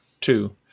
Two